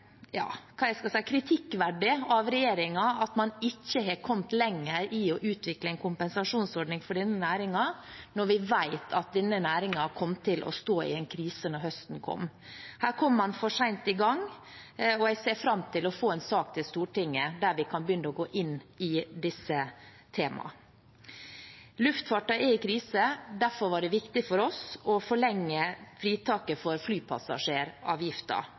kritikkverdig av regjeringen at man ikke har kommet lenger i å utvikle en kompensasjonsordning for denne næringen, når vi visste at denne næringen kom til å stå i en krise da høsten kom. Her kom man for sent i gang, og jeg ser fram til å få en sak til Stortinget der vi kan begynne å gå inn i disse temaene. Luftfarten er i krise. Derfor var det viktig for oss å forlenge fritaket for